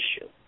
issue